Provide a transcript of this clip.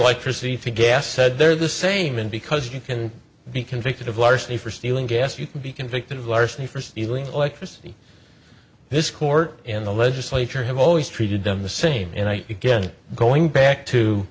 electricity gas said they're the same and because you can be convicted of larceny for stealing gas you can be convicted of larceny for stealing electricity this court and the legislature have always treated them the same and i again going back to